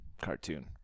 cartoon